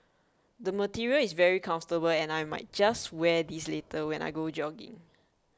the material is very comfortable and I might just wear this later when I go jogging